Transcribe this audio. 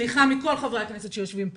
וסליחה מכל חברי הכנסת שיושבים פה,